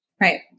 Right